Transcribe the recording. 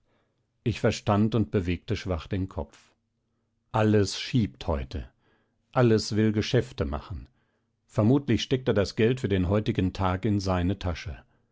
ich verstand und bewegte schwach den kopf alles schiebt heute alles will geschäfte machen vermutlich steckt er das geld für den heutigen tag in seine tasche